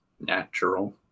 natural